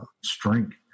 strength